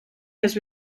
has